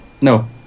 No